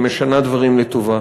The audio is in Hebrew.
היא משנה דברים לטובה.